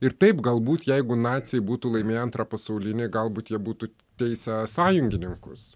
ir taip galbūt jeigu naciai būtų laimėję antrą pasaulinį galbūt jie būtų teisę sąjungininkus